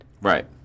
right